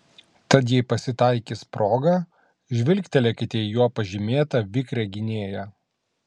tad jei pasitaikys proga žvilgtelėkite į juo pažymėtą vikrią gynėją